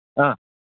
অঁ